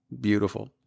Beautiful